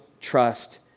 trust